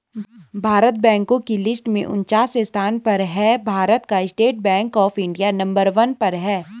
भारत बैंको की लिस्ट में उनन्चास स्थान पर है भारत का State Bank of India number one पर है